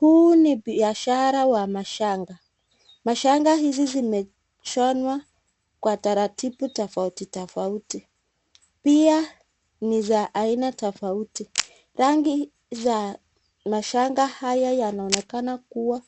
Huu ni biashara wa shanga, mashanga hizi zimeshonwa kwa taratibu tofauti tofauti pia ni za aina tofauti rangi za mashanga haya yanaonekana kuwa